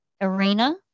arena